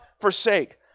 forsake